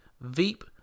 Veep